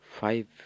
five